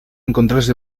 encontrarse